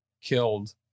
killed